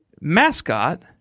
mascot-